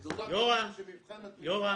זה --- שמבחן התמיכה